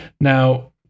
now